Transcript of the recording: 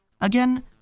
Again